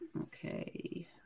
okay